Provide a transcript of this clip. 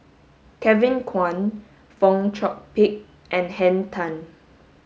Kevin Kwan Fong Chong Pik and Henn Tan